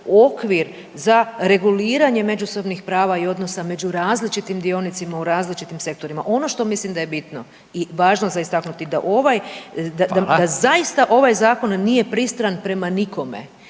za reguliranje međusobnih prava i odnosa među različitim dionicima u različitim sektorima. Ono što mislim da je bitno i važno za istaknuti da zaista ovaj zakon nije pristran prema nikome